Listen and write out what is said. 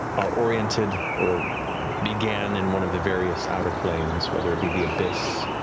are oriented or began in one of the various outer planes, whether it be the abyss,